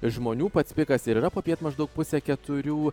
žmonių pats pikas ir yra popiet maždaug pusę keturių